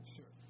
Sure